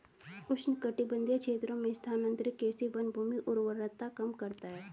उष्णकटिबंधीय क्षेत्रों में स्थानांतरित कृषि वनभूमि उर्वरता कम करता है